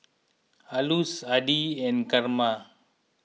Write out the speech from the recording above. Alois Addie and Karma